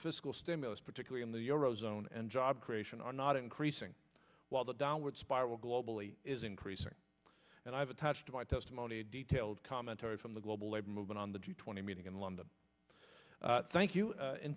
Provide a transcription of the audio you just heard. fiscal stimulus particularly in the euro zone and job creation are not increasing while the downward spiral globally is increasing and i have attached to my testimony a detailed commentary from the global labor movement on the g twenty meeting in london thank you